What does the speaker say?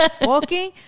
Walking